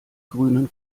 grünen